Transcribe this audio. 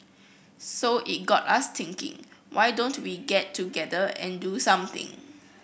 so it got us thinking why don't we get together and do something